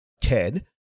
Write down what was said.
Ted